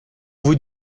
vous